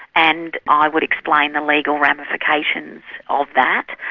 and i would explain the legal ramifications of that,